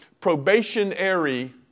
probationary